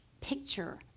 picture